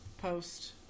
Post